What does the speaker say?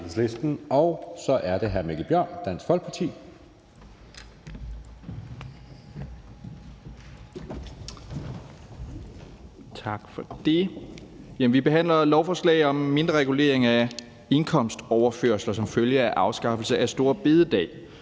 Vi behandler et lovforslag om mindreregulering af indkomstoverførsler som følge af afskaffelse af store bededag.